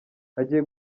hagiye